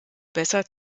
besser